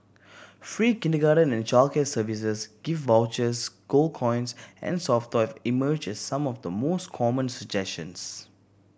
free kindergarten and childcare services gift vouchers gold coins and soft toy emerged as some of the more common suggestions